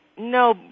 No